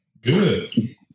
Good